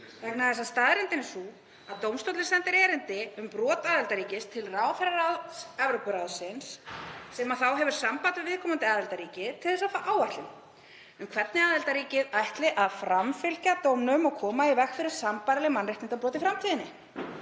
Evrópu. Staðreyndin er sú að dómstóllinn sendir erindi um brot aðildarríkis til ráðherraráðs Evrópuráðsins sem hefur samband við viðkomandi aðildarríki til að fá áætlun um hvernig aðildarríkið ætli að framfylgja dómnum og koma í veg fyrir sambærileg mannréttindabrot í framtíðinni.